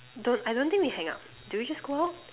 don't I don't think we hang up do we just go off